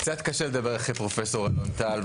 קצת קשה לדבר אחרי פרופסור אלון טל,